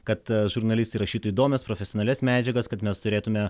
kad žurnalistai rašytų įdomias profesionalias medžiagas kad mes turėtume